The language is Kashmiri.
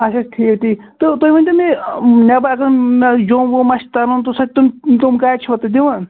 اَچھا ٹھیٖک ٹھیٖک تہٕ تُہۍ ؤنۍتو مےٚ مےٚ اگر مےٚ جوٚم ووٚم آسہِ تَرُن تہٕ سُہ تِم تِم گاڑِ چھَوا تُہۍ دِوان